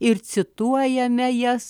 ir cituojame jas